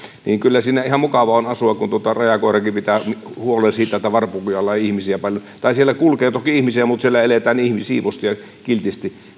niin että kyllä siinä ihan mukava on asua kun rajakoirakin pitää huolen siitä että varpukujalla ei ihmisiä paljon kulje tai siellä kulkee toki ihmisiä mutta siellä eletään siivosti ja kiltisti